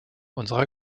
unserer